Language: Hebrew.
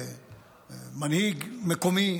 כמנהיג מקומי,